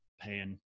paying